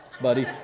buddy